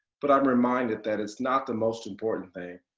but i'm reminded that it's not the most important thing.